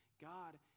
God